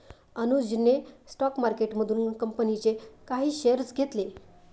अनुजने स्टॉक मार्केटमधून कंपनीचे काही शेअर्स घेतले